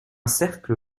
cercle